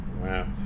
Wow